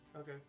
Okay